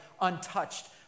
untouched